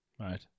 right